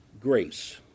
grace